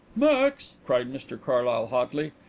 max! cried mr carlyle hotly,